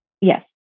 Yes